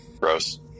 Gross